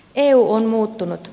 eu on muuttunut